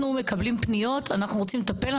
מקבלים פניות ורוצים לטפל.